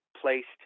placed